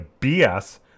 BS